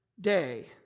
day